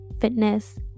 fitness